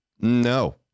no